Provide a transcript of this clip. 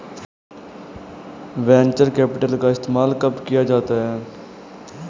Venture capital का इस्तेमाल कब किया जाता है?